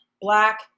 Black